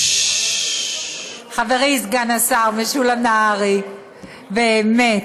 חברי סגן השר משולם נהרי, באמת.